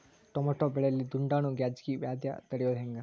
Tomato ಬೆಳೆಯಲ್ಲಿ ದುಂಡಾಣು ಗಜ್ಗಿ ವ್ಯಾಧಿ ತಡಿಯೊದ ಹೆಂಗ್?